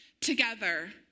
together